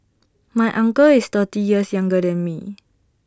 my uncle is thirty years younger than me